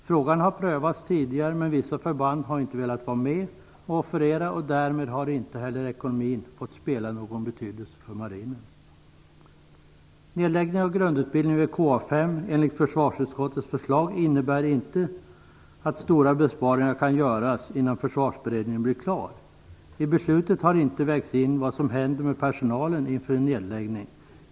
Frågan har prövats tidigare, men vissa förband har inte velat vara med och offerera och därmed har inte heller ekonomin fått spela någon roll för marinen. enligt försvarsutskottets förslag innebär inte att stora besparingar kan göras innan Försvarsberedningen blir klar. I beslutet har inte vägts in vad som händer med personalen vid en nedläggning.